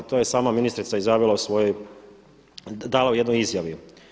To je sama ministrica izjavila u svojem, dala u jednoj izjavi.